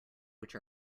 which